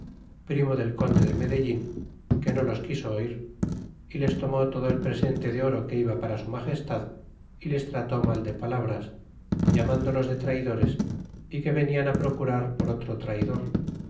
primo del conde de medellin que no los quiso oir y les tomó todo el presente de oro que iba para su magestad y les trató mal de palabras llamándolos de traidores é que venian procurar por otro traidor